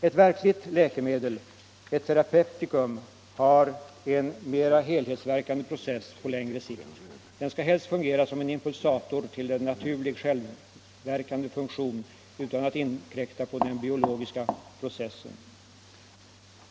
Ett verkligt läkemedel — ett terapeuticum — har en mera helhetsverkande process, på längre sikt. Det skall helst fungera som en impulsator till en naturlig självverkande funktion utan att inkräkta på den biologiska processen.